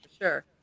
sure